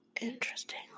interesting